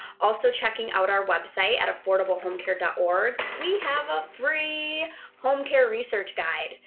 also checking out our website at affordablehomecare and org. we have a free home care research guide.